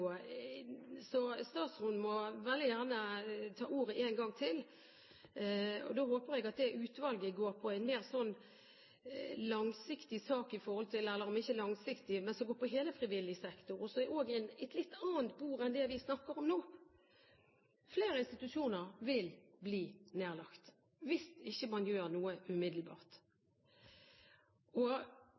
så mer på hele frivillig sektor, og som er et litt annet bord enn det vi snakker om nå. Flere institusjoner vil bli nedlagt hvis man ikke gjør noe umiddelbart. Tusenvis av ruspasienter står fortsatt i kø. Ansatte er oppsagt, både i Oslo og